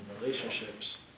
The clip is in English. relationships